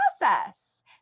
process